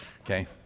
okay